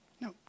no